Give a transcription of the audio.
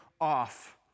off